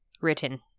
written